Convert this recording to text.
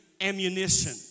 ammunition